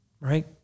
right